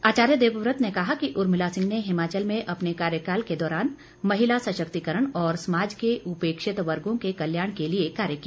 आचार्य देवव्रत ने कहा कि उर्मिला सिंह ने हिमाचल में अपने कार्यकाल के दौरान महिला सशक्तिकरण और समाज के उपेक्षित वर्गो के कल्याण के लिए कार्य किया